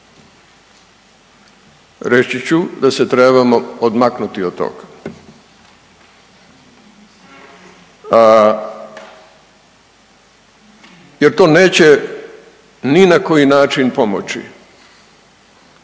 reći ću da se trebamo odmaknuti od toga jer to neće ni na koji način pomoći